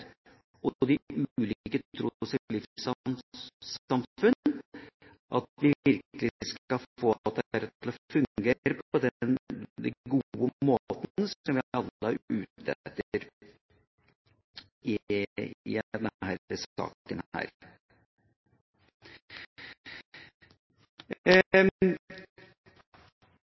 og de ulike tros- og livssynssamfunn, at vi virkelig skal få dette til å fungere på den gode måten som vi alle er ute etter i denne